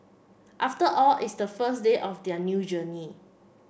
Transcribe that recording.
after all it's the first day of their new journey